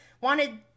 wanted